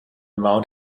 mound